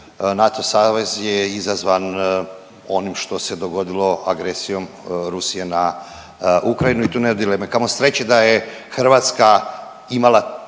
NATO savez je izazvan onim što se dogodilo agresijom Rusije na Ukrajinu i tu nema dileme. Kamo sreće da je Hrvatska imala